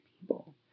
people